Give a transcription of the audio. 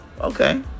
Okay